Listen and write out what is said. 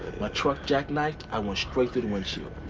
my truck jackknifed. i went straight through the windshield.